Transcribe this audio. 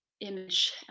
image